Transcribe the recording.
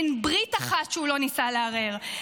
אין ברית אחת שהוא לא ניסה לערער,